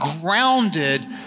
grounded